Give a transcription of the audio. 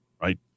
Right